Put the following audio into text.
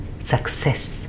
success